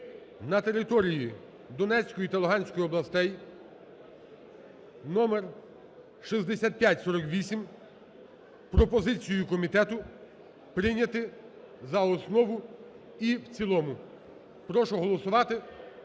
на території Донецької та Луганської областей (№6548) з пропозицію комітету прийняти за основу і в цілому. Прошу голосувати,